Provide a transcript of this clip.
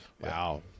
Wow